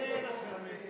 ממילא אין לכם,